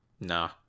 Nah